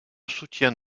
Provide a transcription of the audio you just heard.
soutien